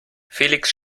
felix